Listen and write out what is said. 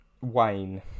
wayne